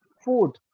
food